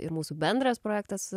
ir mūsų bendras projektas